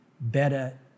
better